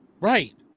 Right